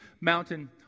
mountain